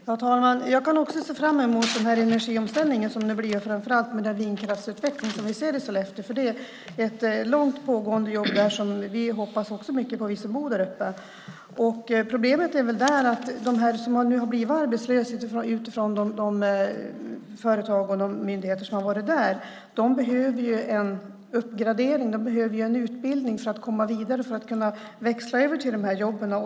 Herr talman! Jag kan också se fram emot den här energiomställningen som nu kommer och framför allt den vindkraftsutveckling som vi ser i Sollefteå, för det är ett långt pågående jobb där som vi som bor där uppe också hoppas mycket på. Problemet är väl att de som har blivit arbetslösa efter att ha jobbat på de företag och myndigheter som har varit där behöver en uppgradering, en utbildning, för att komma vidare och kunna växla över till de här jobben.